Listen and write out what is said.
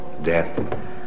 death